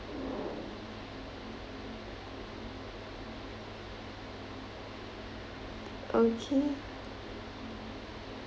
okay